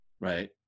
right